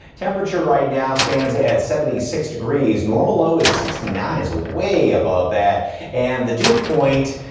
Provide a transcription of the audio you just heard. temperature right now stands at seventy six degrees normal low is sixty nine is way above that and the dew point.